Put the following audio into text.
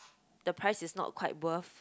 the price is not quite worth